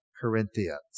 Corinthians